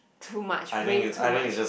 too much way too much